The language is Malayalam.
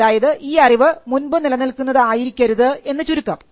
അതായത് ഈ അറിവ് മുൻപ് നിലനിൽക്കുന്നത് ആയിരിക്കരുത് എന്ന ചുരുക്കം